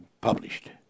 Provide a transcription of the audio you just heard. published